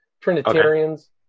Trinitarians